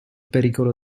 pericolo